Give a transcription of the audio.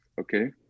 okay